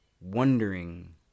wondering